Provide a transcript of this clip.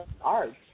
art